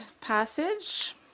passage